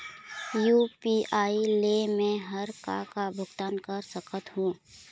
UPI ले मे हर का का भुगतान कर सकत हो?